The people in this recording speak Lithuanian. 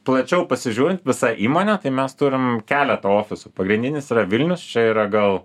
plačiau pasižiūrint visa įmonė tai mes turim keletą ofisų pagrindinis yra vilnius čia yra gal